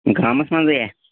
گامَس منٛزٕے ہے